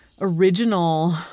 original